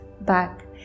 back